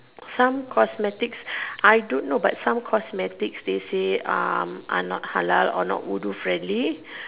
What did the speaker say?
some cosmetics I don't know but some cosmetics they say um are not halal or not wudu friendly